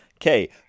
Okay